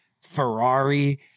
Ferrari